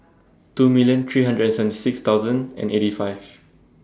two million three hundred and six thousand and eighty five